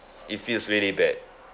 it feels really bad